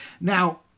Now